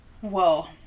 Whoa